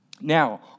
Now